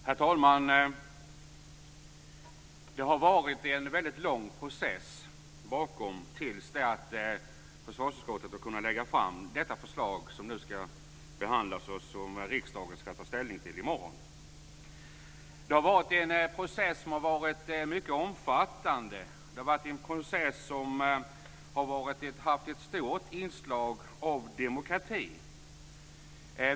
Herr talman! Det har varit en väldigt lång process till dess försvarsutskottet har kunnat lägga fram det förslag som nu behandlas och som riksdagen ska ta ställning till i morgon. Det har varit en mycket omfattande process, en process som haft ett stort inslag av demokrati.